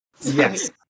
Yes